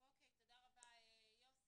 אוקי, תודה רבה יוסי.